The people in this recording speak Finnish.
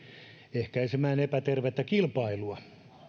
ehkäisemään epätervettä kilpailua